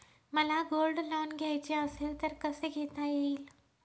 मला gold loan घ्यायचे असेल तर कसे घेता येईल?